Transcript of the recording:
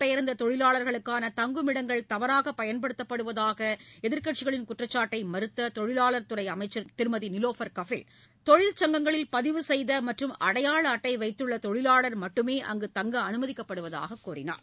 பெயர்ந்ததொழிலாளர்களுக்கான தங்குமிடங்கள் இடம் தவறாகப் பயன்படுத்தப்படுவதாகஎதிர்க்கட்சிகளின் குற்றச்சாட்டைமறுத்ததொழிலாளர் துறைஅமைச்சர் திருமதிநிலோஃபர் கஃபீல் சங்கங்களில் தொழிற் பதிவு செய்தமற்றம் அடையாள அட்டைவைத்துள்ளதொழிலாளர் மட்டுமே அங்குதங்க அனுமதிக்கப்படுவதாகக் கூறினார்